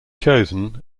chosen